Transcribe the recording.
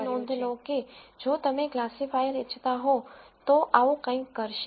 અને તમે નોંધ લો કે જો તમે ક્લાસિફાયર ઇચ્છતા હો તો આવું કંઈક કરશે